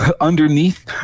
underneath